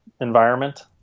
environment